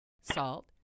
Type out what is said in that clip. salt